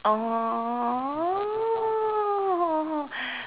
oh